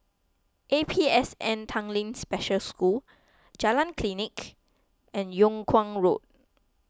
A P S N Tanglin Special School Jalan Klinik and Yung Kuang Road